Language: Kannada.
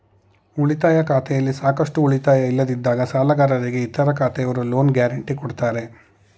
ಉಳಿತಾಯ ಖಾತೆಯಲ್ಲಿ ಸಾಕಷ್ಟು ಉಳಿತಾಯ ಇಲ್ಲದಿದ್ದಾಗ ಸಾಲಗಾರರಿಗೆ ಇತರ ಖಾತೆಯವರು ಲೋನ್ ಗ್ಯಾರೆಂಟಿ ಕೊಡ್ತಾರೆ